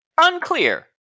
Unclear